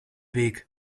weg